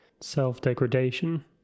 self-degradation